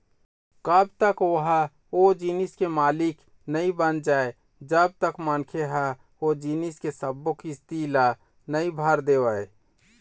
कब तक ओहा ओ जिनिस के मालिक नइ बन जाय जब तक मनखे ह ओ जिनिस के सब्बो किस्ती ल नइ भर देवय